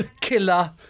killer